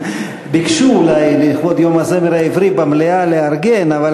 ביקשו אולי לכבוד יום הזמר העברי לארגן במליאה.